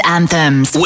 Anthems